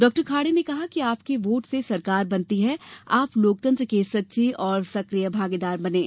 डॉ खाडे ने कहा कि आपके वोट से सरकार बनती है आप लोकतंत्र के सच्चे और सक्रिय भागीदार बनें